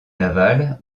navales